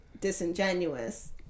disingenuous